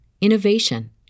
innovation